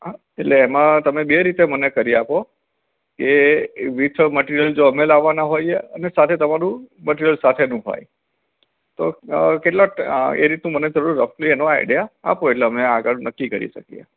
હા એટલે એમાં તમે બે રીતે મને કરી આપો કે વિથ મટિરિયલ જો અમે લાવાના હોઈએ અને સાથે તમારું મટિરિયલ સાથેનું હોય તો કેટલા એ રીતનું મને થોળૂ રફલી એનો આઇડિયા આપો એટલે અમે આગળ નક્કી કરી શકીએ